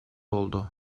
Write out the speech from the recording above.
oldu